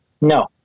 No